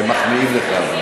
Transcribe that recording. הם מחמיאים לך.